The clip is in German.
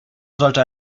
sollte